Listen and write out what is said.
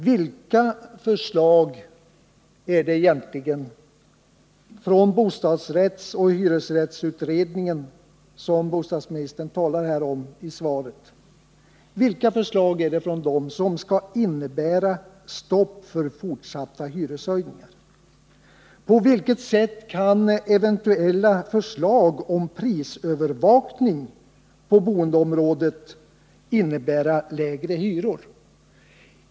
Vilka förslag från bostadsrättsutredningen och hyresrättsutredningen som bostadsministern talar om i svaret är det egentligen som skall innebära ett stopp för fortsatta hyreshöjningar? På vilket sätt kan eventuella förslag om prisövervakning på boendeområdet innebära lägre hyror?